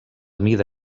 mida